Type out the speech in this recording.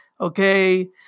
okay